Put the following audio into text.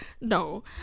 no